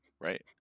right